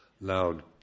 loud